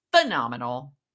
phenomenal